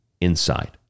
inside